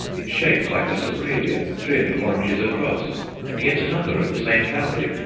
in shape like a sobralia, three and four inches across and yet another of the same family,